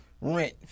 rent